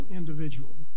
individual